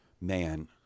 Man